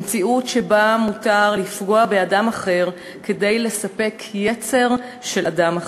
למציאות שבה מותר לפגוע באדם אחר כדי לספק יצר של אדם אחר.